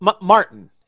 Martin